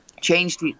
Changed